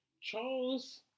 Charles